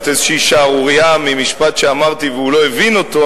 איזו שערורייה ממשפט שאמרתי והוא לא הבין אותו,